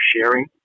sharing